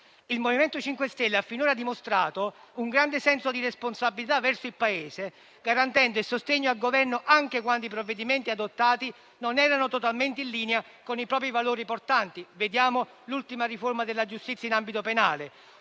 Il MoVimento 5 Stelle ha finora dimostrato un grande senso di responsabilità verso il Paese, garantendo il sostegno al Governo anche quando i provvedimenti adottati non erano totalmente in linea con i propri valori portanti (vediamo l'ultima riforma della giustizia in ambito penale).